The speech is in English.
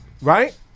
right